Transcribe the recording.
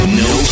no